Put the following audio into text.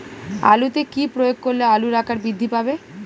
আলুতে কি প্রয়োগ করলে আলুর আকার বৃদ্ধি পাবে?